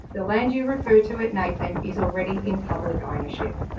the land you refer to at nathan is already in public ownership.